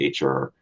HR